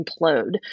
implode